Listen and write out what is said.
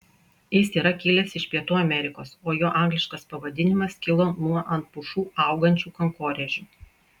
jis yra kilęs iš pietų amerikos o jo angliškas pavadinimas kilo nuo ant pušų augančių kankorėžių